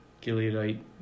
Gileadite